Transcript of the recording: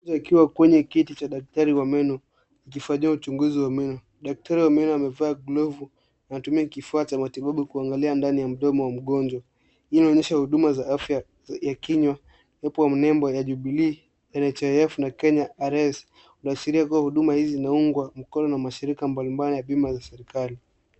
Mgonjwa kwenye kiti cha daktari wa meno akifanyiwa uchunguzi wa meno, daktari wa meno amevaa glovu anatumia kifua cha matibabu kuangalia ndani ya mdomo wa mgonjwa inaonyesha huduma za afya ya kinywa japo nembo ya jubilee ,nhif ,na Kenya Rs kuwa huduma hizi inaungwa mkono na mashirika mbalimbali ya bima za serikali.